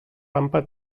rampa